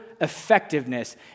effectiveness